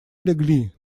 легли